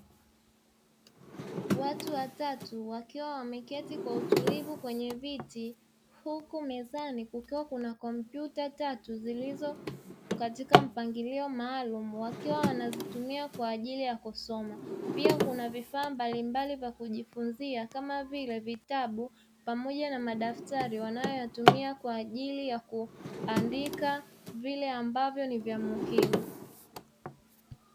Watu watatu wakiwa wameketi kwa utulivu kwenye viti, huku mezani kukiwa na kompyuta tatu zilizokatika mpangilio maalumu wakiwa wanazitumia kwa ajili ya kusoma. Pia kuna vifaa mbalimbali vya kujifunzia kama vile vitabu pamoja na madaftari wanayoyatumia kwa ajili ya kuandika vile ambavyo ni vya muhimu.